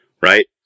right